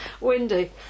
windy